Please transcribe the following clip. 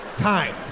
time